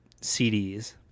CDs